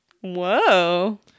Whoa